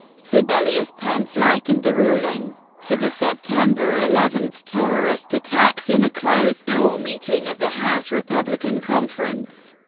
sebelius, pence likened the ruling to the september eleven terrorist attacks in a closed-door meeting of the house republican conference.